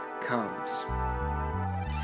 comes